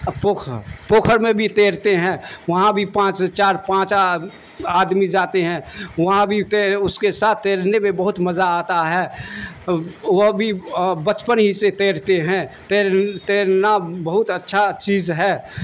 پوکھر میں بھی تیرتے ہیں وہاں بھی پانچ چار پانچ آدمی جاتے ہیں وہاں بھی تیر اس کے ساتھ تیرنے میں بہت مزہ آتا ہے وہ بھی بچپن ہی سے تیرتے ہیں تیر تیرنا بہت اچھا چیز ہے